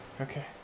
Okay